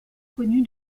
connu